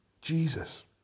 Jesus